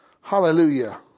Hallelujah